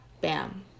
BAM